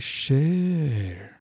share